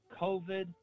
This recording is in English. COVID